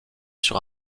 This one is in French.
sur